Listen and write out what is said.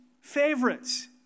favorites